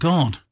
God